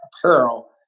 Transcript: apparel